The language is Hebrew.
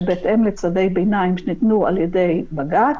שבהתאם לצווי ביניים שניתנו על ידי בג"ץ,